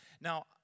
Now